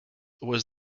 was